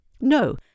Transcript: No